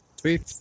three